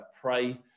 pray